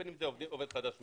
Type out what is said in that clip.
ובין אם זה עובד חדש מחו"ל.